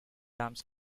dams